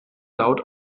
laut